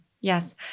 Yes